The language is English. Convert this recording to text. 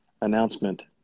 announcement